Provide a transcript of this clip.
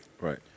Right